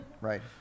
Right